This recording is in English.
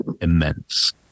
immense